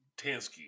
Tansky